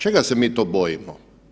Čega se mi to bojimo?